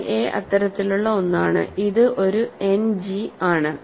phi എ അത്തരത്തിലുള്ള ഒന്നാണ് ഇത് ഒരു എൻഡ് ജി ആണ്